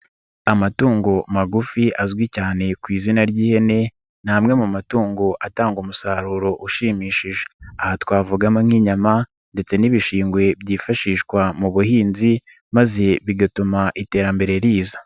Amatungo magufi azwi cyane ku izina ry'ihene ni amwe mu matungo atanga umusaruro ushimishije, aha twavuga nk'inyama ndetse n'ibishingwe byifashishwa mu buhinzi maze bigatuma iterambere riza.